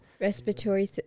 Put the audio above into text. Respiratory